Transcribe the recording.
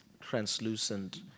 translucent